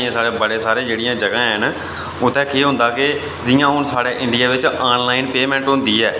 साढ़ै बड़ियां सारियां जेह्ड़ियां जगहां हैन उत्थै केह् होंदा के जि'यां हुन साढ़ै इंडिया च आन लाइन पेमैंट होंदी ऐ